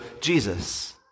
Jesus